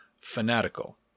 fanatical